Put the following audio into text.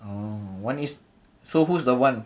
oo one is so who's the one